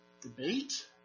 Debate